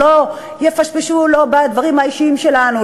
שלא יפשפשו בדברים האישיים שלנו,